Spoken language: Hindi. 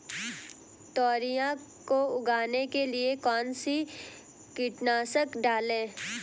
तोरियां को उगाने के लिये कौन सी कीटनाशक डालें?